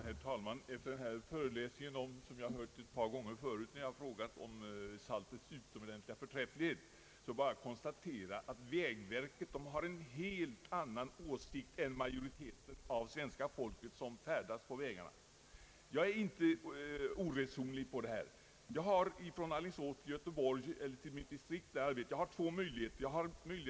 Herr talman! Efter denna föreläsning om saltets utomordentliga förträfflighet, något som jag hört ett par gånger förut när jag ställt frågor i ämnet, konstaterar jag att vägverket har en helt annan åsikt än majoriteten av dem som färdas på vägarna. Jag är inte oresonlig på detta område. Då jag kör bil från Alingsås till mitt distrikt har jag två vägar att välja mellan.